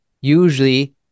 usually